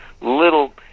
little